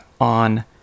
on